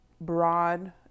broad